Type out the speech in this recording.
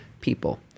people